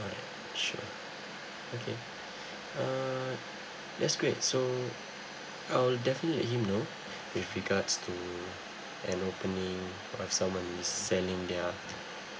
alright sure okay uh that's great so I'll definitely let him know with regards to an opening or someone who is selling their